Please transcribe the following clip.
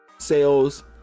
Sales